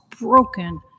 broken